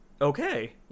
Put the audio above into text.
Okay